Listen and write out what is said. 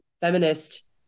feminist